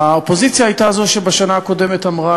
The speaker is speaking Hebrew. האופוזיציה הייתה זו שבשנה הקודמת אמרה